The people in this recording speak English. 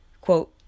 quote